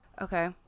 Okay